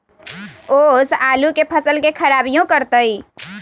ओस आलू के फसल के खराबियों करतै?